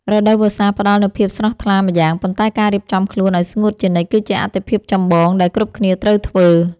រដូវវស្សាផ្តល់នូវភាពស្រស់ថ្លាម្យ៉ាង ប៉ុន្តែការរៀបចំខ្លួនឱ្យស្ងួតជានិច្ចគឺជាអាទិភាពចម្បងដែលគ្រប់គ្នាត្រូវធ្វើ។